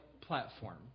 platform